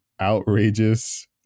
outrageous